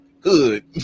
good